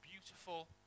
beautiful